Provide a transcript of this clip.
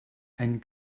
ein